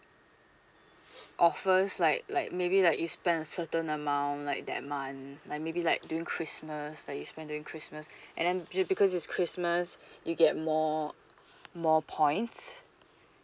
offers like like maybe like you spend a certain amount like that month like maybe like during christmas like you spend during christmas and then be~ because it's christmas you get more more points